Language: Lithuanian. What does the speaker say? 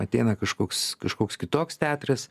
ateina kažkoks kažkoks kitoks teatras